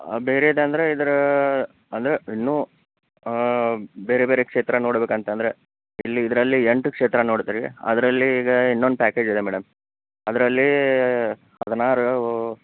ಬೇರೆದಂದರೆ ಇದರ ಅಂದರೆ ಇನ್ನೂ ಬೇರೆ ಬೇರೆ ಕ್ಷೇತ್ರ ನೋಡಬೇಕೆಂತೆಂದರೆ ಇಲ್ಲಿ ಇದರಲ್ಲಿ ಎಂಟು ಕ್ಷೇತ್ರ ನೋಡ್ತೀರಿ ಅದರಲ್ಲಿ ಈಗ ಇನ್ನೊಂದು ಪ್ಯಾಕೇಜ್ ಇದೆ ಮೇಡಮ್ ಅದರಲ್ಲಿ ಹದಿನಾರು